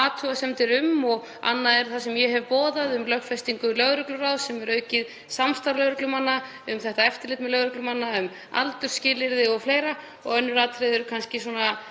athugasemdir og annað er það sem ég hef boðað um lögfestingu lögregluráðs sem er aukið samstarf lögreglumanna um eftirlit með lögreglumönnum, um aldursskilyrði o.fl. Önnur atriði eru kannski